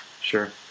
Sure